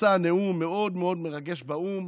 נשא נאום מאוד מאוד מרגש באו"ם